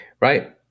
Right